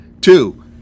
Two